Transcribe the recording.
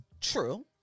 true